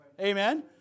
Amen